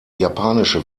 japanische